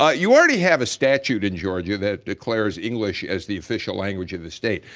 ah you already have a statute in georgia that declares english as the official language of the state.